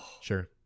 Sure